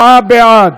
24 בעד,